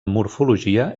morfologia